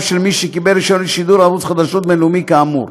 של מי שקיבל רישיון לשידור ערוץ חדשות בין-לאומי כאמור.